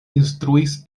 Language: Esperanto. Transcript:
instruis